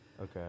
Okay